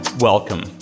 Welcome